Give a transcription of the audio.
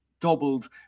doubled